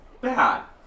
bad